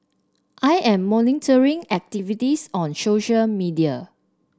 I am monitoring activities on social media